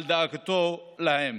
על דאגתו להם